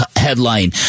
Headline